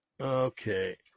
Okay